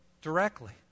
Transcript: directly